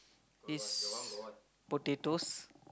this potatoes